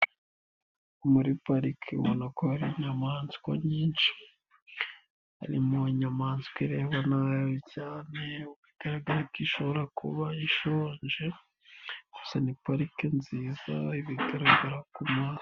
Muri parike ubona ko hari inyamaswa nyinshi, harimo inyamaswa ireba nabi cyane bigaragara ko ishobora kuba ishonje gusa ni parike nziza ibigaragara ku maso.